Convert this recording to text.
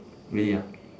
really ah